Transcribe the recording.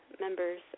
members